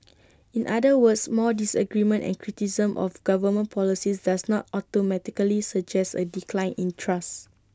in other words more disagreement and criticism of government policies does not automatically suggest A decline in trust